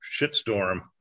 shitstorm